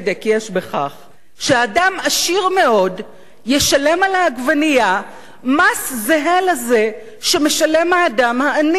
בכך שאדם עשיר מאוד ישלם על העגבנייה מס זהה לזה שמשלם האדם העני מאוד?